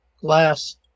glass